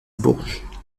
bourges